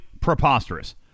preposterous